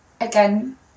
again